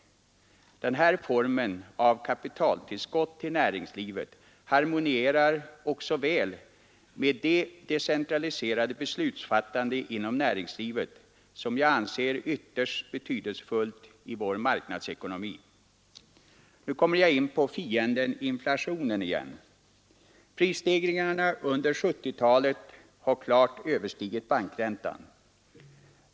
Denna form av kapitaltillskott till näringslivet harmonierar också väl med det decentraliserade beslutsfattande inom näringslivet som jag anser ytterst betydelsefullt i vår marknadsekonomi. Nu kommer jag in på fienden-inflationen igen. Prisstegringarna hittills under 1970-talet har klart överstigit bankräntan.